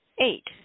Eight